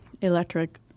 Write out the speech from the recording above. Electric